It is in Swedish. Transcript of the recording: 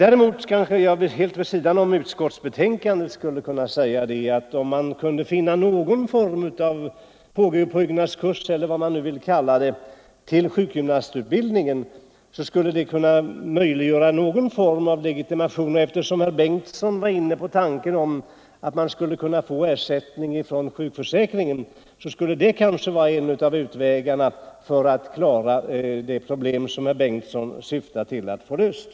Däremot kanske jag helt vid sidan om utskottsbetänkandet kan säga att om vi kunde finna någon form av påbyggnadskurs eller vad man kan kalla det till sjukgymnastutbildningen skulle det kunna möjliggöra någon form av legitimation. Eftersom herr Bengtsson var inne på tanken, att ersättning skulle kunna utgå från sjukförsäkringen, skulle det kanske kunna vara en väg att lösa det problem som herr Bengtsson syftar till att få löst.